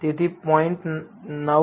તેથી 0